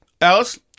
Alice